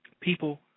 People